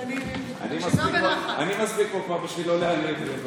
אני כבר מספיק פה בשביל לא להיעלב.